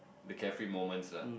the carefree moments ah